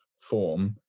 form